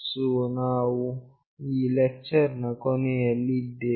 so ನಾವು ಈ lecture ನ ಕೊನೆಯಲ್ಲಿ ಇದ್ದೇವೆ